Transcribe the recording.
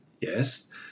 Yes